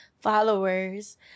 followers